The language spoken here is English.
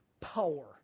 power